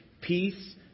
peace